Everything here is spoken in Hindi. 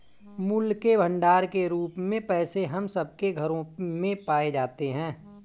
मूल्य के भंडार के रूप में पैसे हम सब के घरों में पाए जाते हैं